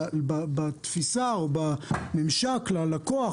שהממשק ללקוח,